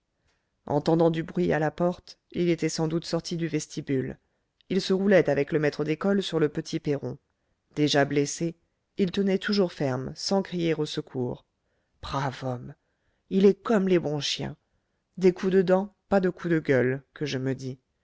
entendant du bruit à la porte il était sans doute sorti du vestibule il se roulait avec le maître d'école sur le petit perron déjà blessé il tenait toujours ferme sans crier au secours brave homme il est comme les bons chiens des coups de dent pas de coups de gueule que je me dis